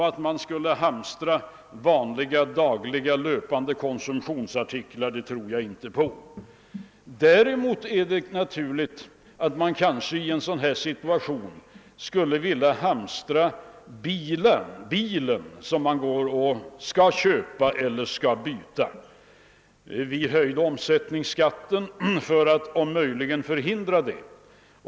Att man skulle hamstra vanliga löpande konsumtionsartiklar för dagligt behov tror jag inte på. Däremot är det naturligt att man kanske i en sådan situation skulle vilja hamstra den bil som man ändå avsett att köpa eller byta till. Vi höjde omsättningsskatten för att om möjligt. förhindra detta.